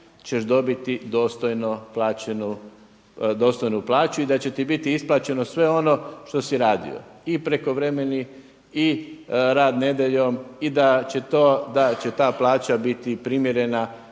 ćeš dobiti dostojnu plaću i da će ti biti isplaćeno sve ono što si radio i prekovremeni i rad nedjeljom i da će ta plaća biti primjerena